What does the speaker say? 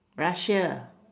russia